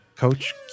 Coach